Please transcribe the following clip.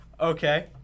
Okay